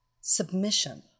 submission